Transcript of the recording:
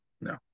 No